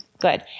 Good